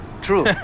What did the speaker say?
true